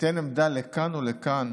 אתן עמדה לכאן או לכאן